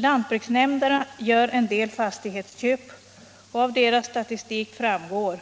Lantbruksnämnderna gör en del fastighetsköp, och av deras kritik framgår